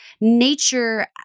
nature